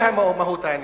זה מהות העניין.